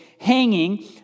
hanging